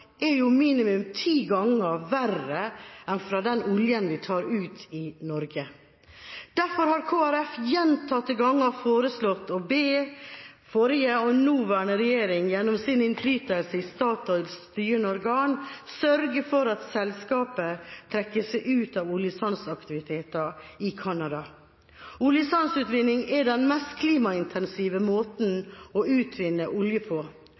er jo minimum ti ganger verre enn fra den oljen vi tar ut i Norge. Derfor har Kristelig Folkeparti gjentatte ganger foreslått å be forrige og nåværende regjering, gjennom deres innflytelse i Statoils styrende organ, sørge for at selskapet trekker seg ut av oljesandaktiviteter i Canada. Oljesandutvinning er den mest klimaintensive måten å utvinne